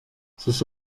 sus